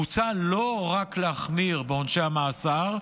מוצע לא רק להחמיר בעונשי המאסר,